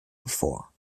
bevor